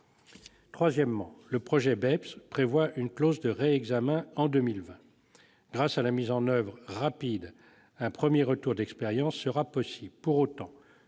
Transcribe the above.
Troisièmement, le projet BEPS prévoit une clause de réexamen en 2020. Grâce à une mise en oeuvre rapide, un premier retour d'expérience sera possible. Pour autant,